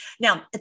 now